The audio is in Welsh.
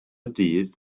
dydd